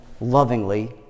lovingly